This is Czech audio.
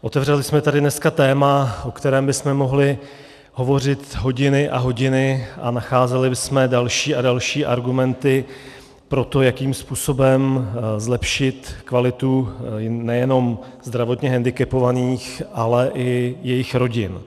Otevřeli jsme tady dneska téma, o kterém bychom mohli hovořit hodiny a hodiny, a nacházeli bychom další a další argumenty pro to, jakým způsobem zlepšit kvalitu nejenom zdravotně hendikepovaných, ale i jejich rodin.